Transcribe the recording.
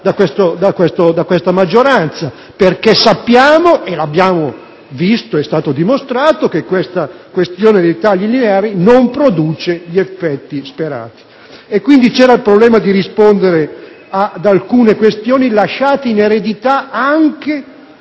da questa maggioranza. Sappiamo infatti, l'abbiamo visto ed è stato dimostrato, che il meccanismo dei tagli lineari non produce gli effetti sperati. Quindi, c'era il problema di rispondere ad alcune questioni lasciate in eredità anche